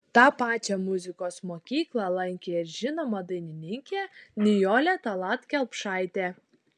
tą pačią muzikos mokyklą lankė ir žinoma dainininkė nijolė tallat kelpšaitė